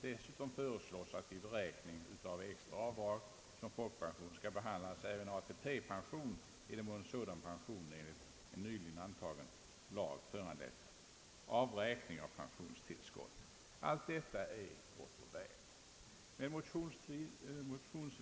Dessutom föreslås att vid beräkning av extra avdrag som folkpension även skall betraktas ATP-pension, i den mån sådan pension enligt en nyligen antagen lag föranlett avräkning av pensionstillskott. Allt detta är gott och väl.